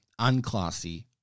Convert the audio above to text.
unclassy